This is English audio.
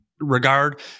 regard